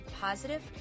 positive